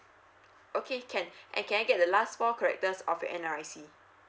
okay can and can I get the last four characters of your N_R_I_C